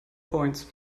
points